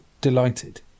delighted